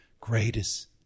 greatest